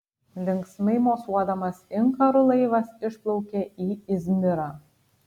linksmai mosuodamas inkaru laivas išplaukė į izmirą